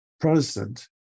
Protestant